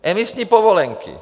Emisní povolenky.